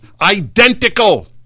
Identical